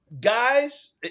guys